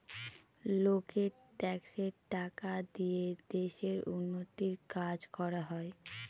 লোকের ট্যাক্সের টাকা দিয়ে দেশের উন্নতির কাজ করা হয়